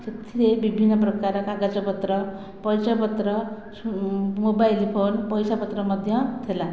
ସେଥିରେ ବିଭିନ୍ନ ପ୍ରକାର କାଗଜ ପତ୍ର ପଇସା ପତ୍ର ମୋବାଇଲ ଫୋନ ପଇସା ପତ୍ର ମଧ୍ୟ ଥିଲା